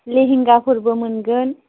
लेहेंगाफोरबो मोनगोन